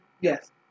Yes